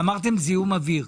ואמרתם זיהום אוויר.